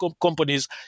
companies